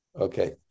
Okay